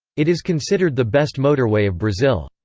it is considered the best motorway of brazil.